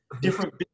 different